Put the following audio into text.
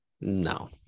No